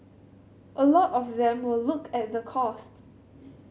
a lot of them will look at the cost